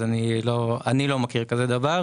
אני לא מכיר דבר כזה.